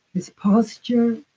his posture